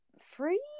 free